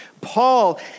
Paul